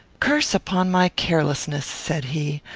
curse upon my carelessness! said he.